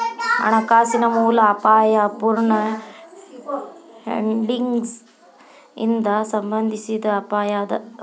ಹಣಕಾಸಿನ ಮೂಲ ಅಪಾಯಾ ಅಪೂರ್ಣ ಹೆಡ್ಜಿಂಗ್ ಇಂದಾ ಸಂಬಂಧಿಸಿದ್ ಅಪಾಯ ಅದ